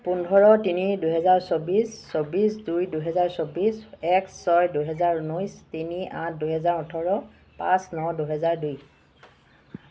পোন্ধৰ তিনি দুহেজাৰ চৌব্বিছ চৌব্বিছ দুই দুহেজাৰ চৌব্বিছ এক ছয় দুহেজাৰ ঊনৈছ তিনি আঠ দুহেজাৰ ওঠৰ পাঁচ ন দুহেজাৰ দুই